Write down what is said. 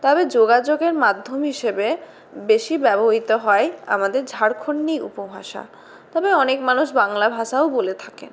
তবে যোগাযোগের মাধ্যম হিসেবে বেশি ব্যবহৃত হয় আমাদের ঝাড়খণ্ডী উপভাষা তবে অনেক মানুষ বাংলা ভাষাও বলে থাকেন